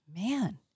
man